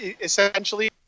essentially